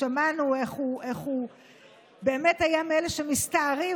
ושמענו איך הוא באמת היה מאלה שמסתערים.